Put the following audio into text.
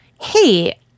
hey